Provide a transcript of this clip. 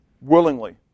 willingly